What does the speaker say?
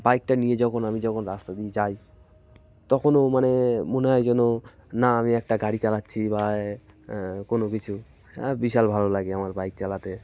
বাইকটা নিয়ে যখন আমি যখন রাস্তা দিয়ে যাই তখনও মানে মনে হয় যেন না আমি একটা গাড়ি চালাচ্ছি বা কোনো কিছু হ্যাঁ বিশাল ভালো লাগে আমার বাইক চালাতে